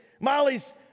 Molly's